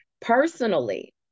personally